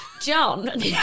John